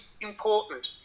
important